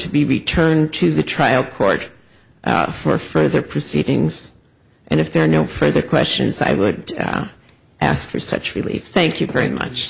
to be returned to the trial court for further proceedings and if there are no further questions i would ask for such relief thank you very much